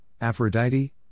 Aphrodite